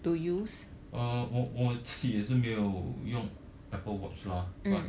uh 我我自己也是没有用 apple watch lah but